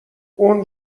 اون